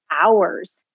hours